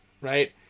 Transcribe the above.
Right